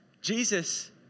Jesus